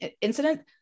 incident